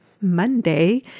Monday